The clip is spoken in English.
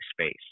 space